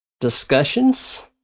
Discussions